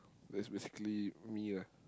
that's basically me ah